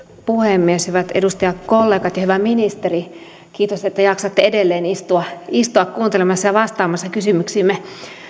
puhemies hyvät edustajakollegat hyvä ministeri kiitos että jaksatte edelleen istua istua kuuntelemassa ja vastaamassa kysymyksiimme